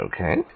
Okay